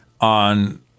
on